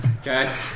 Okay